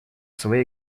своей